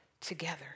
together